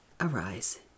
Arise